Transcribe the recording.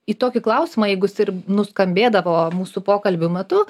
į tokį klausimą jeigu jis ir nuskambėdavo mūsų pokalbių metu